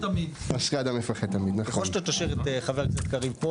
ככל שאתה תשאיר את חבר הכנסת קריב פה